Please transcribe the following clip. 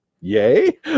yay